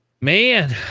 man